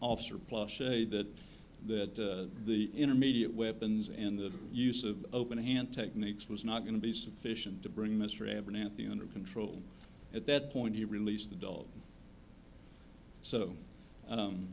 officer plus shea that that the intermediate weapons and the use of open hand techniques was not going to be sufficient to bring mr abernathy under control at that point he released adult so